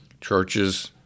churches